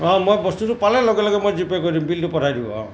অঁ মই বস্তুটো পালে লগে লগে মই জি পে' কৰি দিম বিলটো পঠাই দিব অঁ